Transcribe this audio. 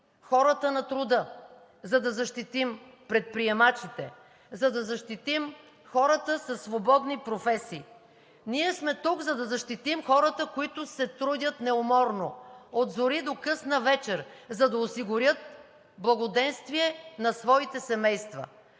хората на труда, за да защитим предприемачите, за да защитим хората със свободни професии. Ние сме тук, за да защитим хората, които се трудят неуморно – от зори до късна вечер, за да осигурят благоденствие на своите семейства.